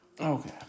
Okay